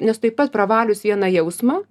nes taip pat pravalius vieną jausmą